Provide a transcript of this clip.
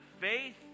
faith